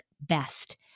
best